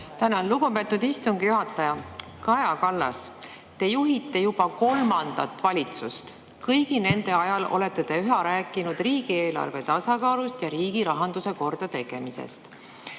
Tänan, lugupeetud istungi juhataja! Kaja Kallas! Te juhite juba kolmandat valitsust. Kõigi nende ajal olete te üha rääkinud riigieelarve tasakaalust ja riigirahanduse kordategemisest.